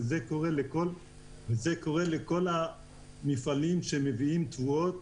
וזה נכון לכל המפעלים שמביאים תבואות